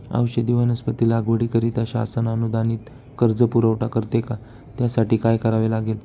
औषधी वनस्पती लागवडीकरिता शासन अनुदानित कर्ज पुरवठा करते का? त्यासाठी काय करावे लागेल?